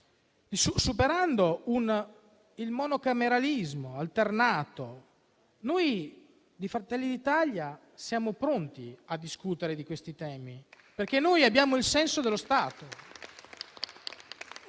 superando il monocameralismo alternato, noi di Fratelli d'Italia siamo pronti a discutere di questi temi, perché abbiamo il senso dello Stato.